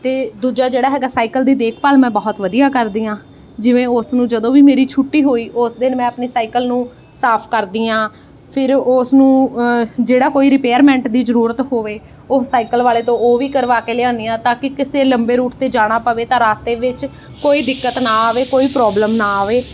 ਅਤੇ ਦੂਜਾ ਜਿਹੜਾ ਹੈਗਾ ਸਾਈਕਲ ਦੀ ਦੇਖਭਾਲ ਮੈਂ ਬਹੁਤ ਵਧੀਆ ਕਰਦੀ ਹਾਂ ਜਿਵੇਂ ਉਸ ਨੂੰ ਜਦੋਂ ਵੀ ਮੇਰੀ ਛੁੱਟੀ ਹੋਈ ਉਸ ਦਿਨ ਮੈਂ ਆਪਣੇ ਸਾਈਕਲ ਨੂੰ ਸਾਫ ਕਰਦੀ ਹਾਂ ਫਿਰ ਉਸ ਨੂੰ ਜਿਹੜਾ ਕੋਈ ਰਿਪੇਅਰਮੈਂਟ ਦੀ ਜ਼ਰੂਰਤ ਹੋਵੇ ਉਹ ਸਾਈਕਲ ਵਾਲੇ ਤੋਂ ਉਹ ਵੀ ਕਰਵਾ ਕੇ ਲਿਉਂਦੀ ਹਾਂ ਤਾਂ ਕਿ ਕਿਸੇ ਲੰਬੇ ਰੂਟ 'ਤੇ ਜਾਣਾ ਪਵੇ ਤਾਂ ਰਾਸਤੇ ਵਿੱਚ ਕੋਈ ਦਿੱਕਤ ਨਾ ਆਵੇ ਕੋਈ ਪ੍ਰੋਬਲਮ ਨਾ ਆਵੇ